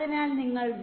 അതിനാൽ നിങ്ങൾ വി